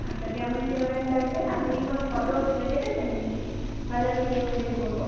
আচ্ছা কেমন ফ্লেভারের লাগবে আপনি কি কোনো ফটো দেখেছেন তাহলে আমি সেই অনুযায়ী করবো